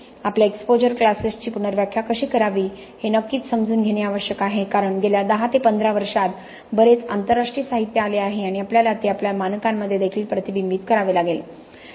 आपल्या एक्सपोजर क्लासेसची पुनर्व्याख्या कशी करावी हे नक्कीच समजून घेणे आवश्यक आहे कारण गेल्या 10 15 वर्षांत बरेच आंतरराष्ट्रीय साहित्य आले आहे आणि आपल्याला ते आपल्या मानकांमध्ये देखील प्रतिबिंबित करावे लागेल